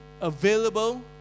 available